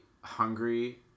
hungry